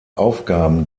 aufgaben